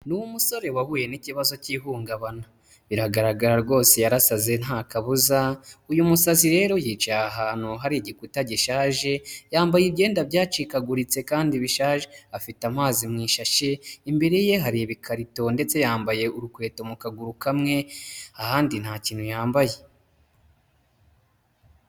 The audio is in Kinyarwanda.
Ni umusore wahuye n'ikibazo cy'ihungabana. Biragaragara rwose yarasaze nta kabuza, uyu musazi rero yicaye ahantu hari igikuta gishaje, yambaye ibyenda byacikaguritse kandi bishaje. Afite amazi mu ishshi, imbere ye hari ibikarito ndetse yambaye urukweto mu kaguru kamwe, ahandi nta kintu yambaye.